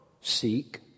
seek